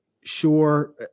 sure